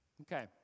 Okay